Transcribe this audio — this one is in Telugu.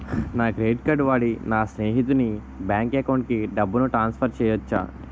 నేను క్రెడిట్ కార్డ్ వాడి నా స్నేహితుని బ్యాంక్ అకౌంట్ కి డబ్బును ట్రాన్సఫర్ చేయచ్చా?